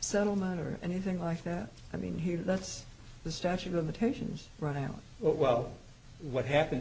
settlement or anything like that i mean here that's the statute of limitations running out what well what happen